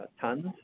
tons